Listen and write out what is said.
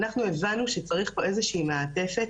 אנחנו הבנו שצריך פה איזושהי מעטפת.